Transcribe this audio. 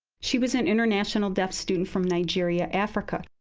she was an international deaf student from nigeria, africa.